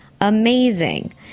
amazing